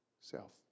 self